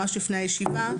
ממש לפני הישיבה,